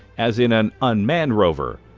as in an unmanned rover.